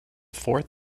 fourth